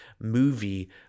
movie